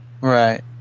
Right